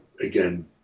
again